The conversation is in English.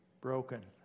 broken